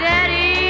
Daddy